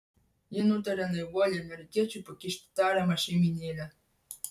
ji nutaria naivuoliui amerikiečiui pakišti tariamą šeimynėlę